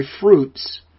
fruits